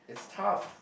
tough